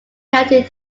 county